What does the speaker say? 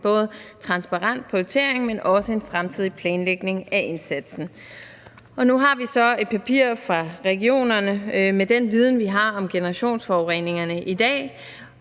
både en transparent prioritering og også en fremtidig planlægning af indsatsen. Nu har vi så et papir fra regionerne med den viden, vi har om generationsforureningerne i dag,